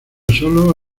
sólo